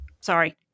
sorry